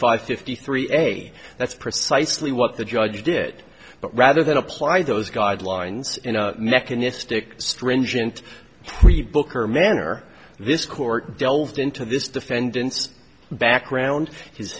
five fifty three a that's precisely what the judge did but rather than apply those guidelines in a mechanistic stringent booker manner this court delved into this defendant's background his